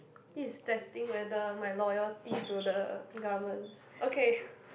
this is testing whether my loyalty to the government okay